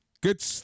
Good